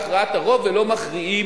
מכריעים בהכרעת הרוב ולא מכריעים